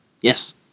Yes